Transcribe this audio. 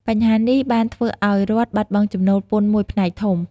បញ្ហានេះបានធ្វើឱ្យរដ្ឋបាត់បង់ចំណូលពន្ធមួយផ្នែកធំ។